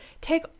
take